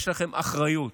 יש לכם אחריות.